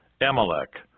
Amalek